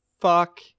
Fuck